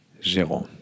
gérant